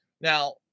Now